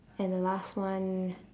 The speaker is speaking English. and the last one